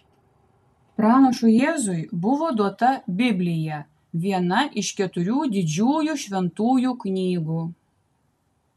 pranašui jėzui buvo duota biblija viena iš keturių didžiųjų šventųjų knygų